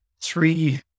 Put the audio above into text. Three